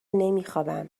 نمیخوابم